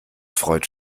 freut